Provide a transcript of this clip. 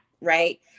right